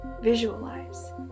Visualize